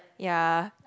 ya